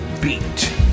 beat